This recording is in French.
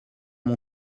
mon